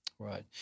Right